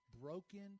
broken